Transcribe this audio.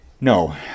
no